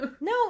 No